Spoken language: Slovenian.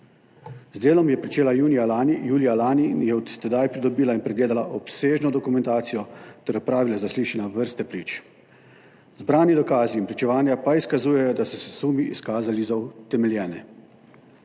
Z delom je pričela julija lani in je od tedaj pridobila in pregledala obsežno dokumentacijo ter opravila zaslišanja vrste prič. Zbrani dokazi in pričevanja pa izkazujejo, da so se sumi izkazali za utemeljene.